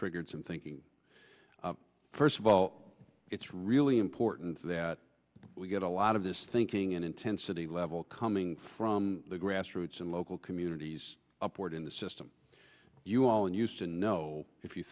triggered some thinking first of all it's really important that we get a lot of this thinking and intensity level coming from the grassroots and local communities upward in the system you all and used to know if you